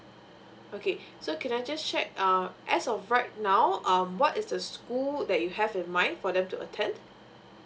okay so can I just check um as of right now um what is the school that you have in mind for them to attend